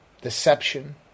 deception